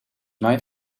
mij